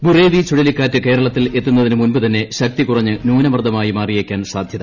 ബുറേവി ചുഴലിക്കാറ്റ് കേരളത്തിൽ എത്തുന്നതിന് മുമ്പുതന്നെ ശക്തി കൂറഞ്ഞ് ന്യൂനമർദ്ദ്മായി മാറിയേക്കാൻ സാധ്യത